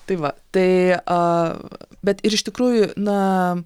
tai va tai a bet ir iš tikrųjų na